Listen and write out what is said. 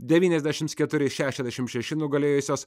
devyniasdešim keturi šešiasdešim šeši nugalėjusios